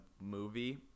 movie